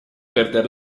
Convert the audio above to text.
perder